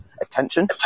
attention